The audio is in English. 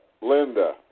Linda